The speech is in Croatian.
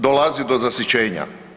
Dolazi do zasićenja.